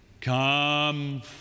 come